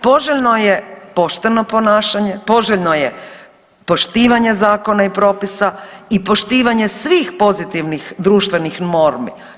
Poželjno je pošteno ponašanje, poželjno je poštivanje zakona i propisa i poštivanje svih pozitivnih društvenih normi.